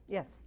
Yes